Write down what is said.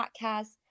podcast